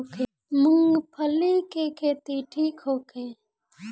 मूँगफली के खेती ठीक होखे?